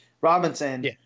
robinson